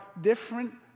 different